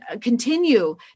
continue